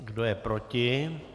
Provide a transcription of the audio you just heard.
Kdo je proti?